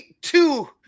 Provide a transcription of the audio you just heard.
two